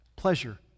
pleasure